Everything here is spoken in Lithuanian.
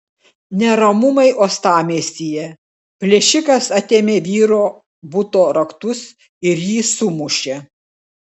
neramumai uostamiestyje plėšikas atėmė vyro buto raktus ir jį sumušė